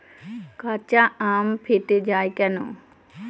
কাঁচা আম ফেটে য়ায় কেন?